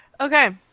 okay